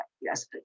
yes